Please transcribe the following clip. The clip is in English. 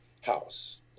house